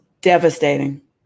devastating